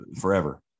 forever